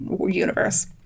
universe